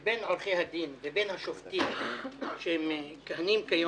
שבין עורכי הדין ובין השופטים שמכהנים כיום,